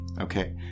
Okay